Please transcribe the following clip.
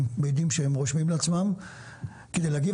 מעידים על כך שהם רושמים לעצמם כדי להגיב.